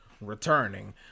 returning